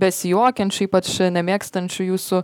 besijuokiančių ypač nemėgstančių jūsų